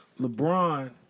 LeBron